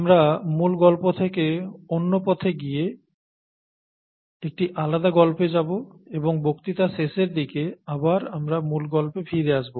আমরা মূল গল্প থেকে অন্য পথে গিয়ে একটি আলাদা গল্পে যাব এবং বক্তৃতার শেষের দিকে আবার আমরা মূল গল্পে ফিরে আসব